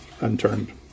unturned